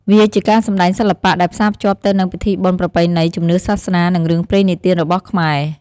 វាជាការសម្តែងសិល្បៈ ដែលផ្សារភ្ជាប់ទៅនឹងពិធីបុណ្យប្រពៃណី ជំនឿសាសនា និងរឿងព្រេងនិទានរបស់ខ្មែរ។